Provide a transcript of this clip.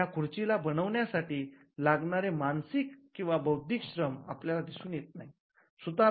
त्या खुर्चीला बनवण्यासाठी लागणारे मानसिक किंवा बौद्धिक श्रम आपल्याला दिसून येत नाहीत